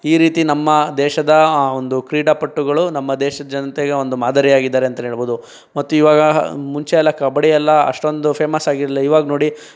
ಈ ರೀತಿ ನಮ್ಮ ದೇಶದ ಆ ಒಂದು ಕ್ರೀಡಾಪಟುಗಳು ನಮ್ಮ ದೇಶದ ಜನತೆಗೆ ಒಂದು ಮಾದರಿಯಾಗಿದ್ದಾರೆ ಅಂತಲೇ ಹೇಳ್ಬೋದು ಮತ್ತು ಇವಾಗ ಮುಂಚೆ ಎಲ್ಲ ಕಬಡ್ಡಿ ಎಲ್ಲ ಅಷ್ಟೊಂದು ಫೇಮಸ್ ಆಗಿರಲಿಲ್ಲ ಇವಾಗ ನೋಡಿ